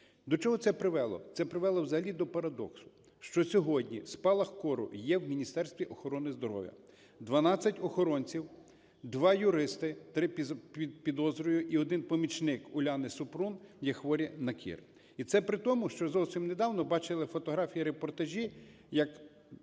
До чого це привело? Це привело взагалі до парадоксу, що сьогодні спалах кору є в Міністерстві охорони здоров'я. 12 охоронців, 2 юристи, 3, підозрюю, і 1 помічник Уляни Супрун є хворі на кір. І це при тому, що зовсім недавно бачили фотографії і репортажі, як